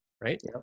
right